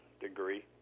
degree